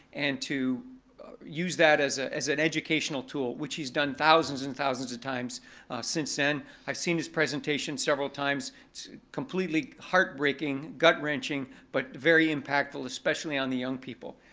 and to use that as ah as an educational tool, which he's done thousands and thousands of times since then i've seen his presentation several times. it's completely heartbreaking, gut wrenching, but very impactful, especially on the young people.